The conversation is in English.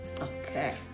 Okay